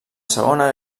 segona